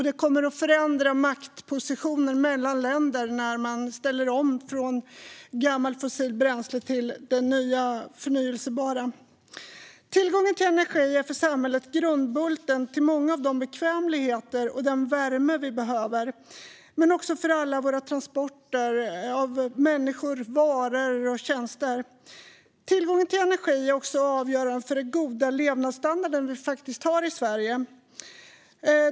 Det kommer att förändra maktpositionen mellan länder när man ställer om från gammalt fossilt bränsle till förnybart. Tillgång till energi är för samhället grundbulten för många av de bekvämligheter och den värme vi behöver men också för alla våra transporter av människor, varor och tjänster. Tillgången till energi är även avgörande för den goda levnadsstandard vi har i Sverige.